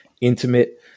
intimate